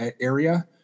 area